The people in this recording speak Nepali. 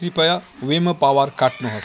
कृपया वेमो पावर काट्नुहोस्